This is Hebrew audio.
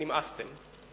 נמאסתם.